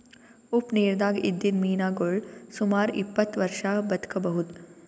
ಉಪ್ಪ್ ನಿರ್ದಾಗ್ ಇದ್ದಿದ್ದ್ ಮೀನಾಗೋಳ್ ಸುಮಾರ್ ಇಪ್ಪತ್ತ್ ವರ್ಷಾ ಬದ್ಕಬಹುದ್